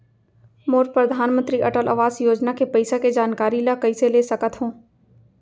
मोर परधानमंतरी अटल आवास योजना के पइसा के जानकारी ल कइसे ले सकत हो?